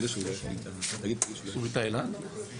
אנחנו רואים ולא שומעים.